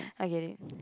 I get it